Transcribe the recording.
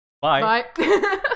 bye